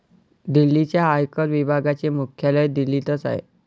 दिल्लीच्या आयकर विभागाचे मुख्यालय दिल्लीतच आहे